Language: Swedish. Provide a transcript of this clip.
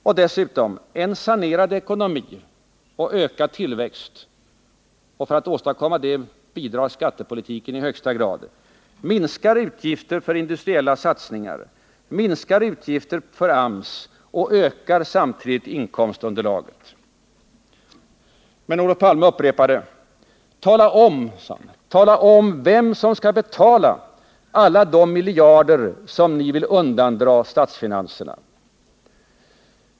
Och dessutom: en sanerad ekonomi och ökad tillväxt — och för att åstadkomma det bidrar skattepolitiken i högsta grad — minskar utgifter för industriella satsningar, minskar utgifter för AMS och ökar samtidigt inkomstunderlaget. Men Olof Palme upprepade: Tala om vem som skall betala alla de miljarder som ni vill undandra statsfinanserna!